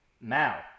Now